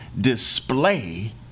display